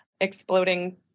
exploding